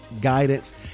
guidance